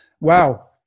Wow